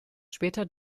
später